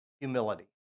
humility